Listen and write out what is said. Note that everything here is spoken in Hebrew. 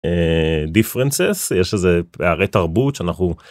אהה.. differences יש איזה פערי תרבות שאנחנו.